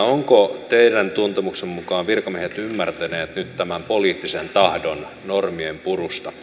ovatko teidän tuntemuksenne mukaan virkamiehet ymmärtäneet nyt tämän poliittisen tahdon normien purusta